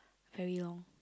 very long